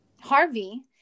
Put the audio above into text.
Harvey